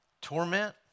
torment